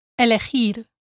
elegir